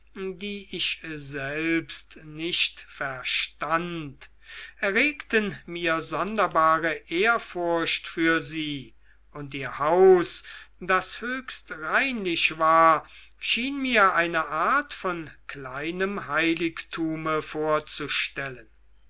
die ich selbst nicht verstand erregten mir sonderbare ehrfurcht für sie und ihr haus das höchst reinlich war schien mir eine art von kleinem heiligtume vorzustellen